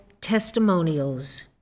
Testimonials